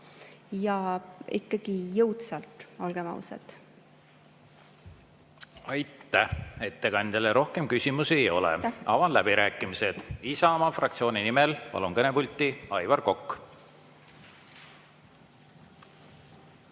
Ja ikkagi jõudsalt, olgem ausad. Aitäh! Ettekandjale rohkem küsimusi ei ole. Avan läbirääkimised. Isamaa fraktsiooni nimel kõnelema palun kõnepulti Aivar Koka.